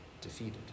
defeated